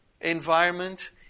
environment